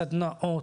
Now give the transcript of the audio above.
סדנאות,